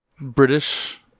British